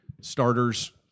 Starters